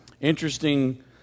Interesting